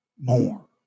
more